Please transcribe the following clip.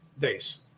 days